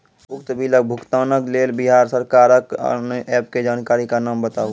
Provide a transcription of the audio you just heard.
उक्त बिलक भुगतानक लेल बिहार सरकारक आअन्य एप के जानकारी या नाम बताऊ?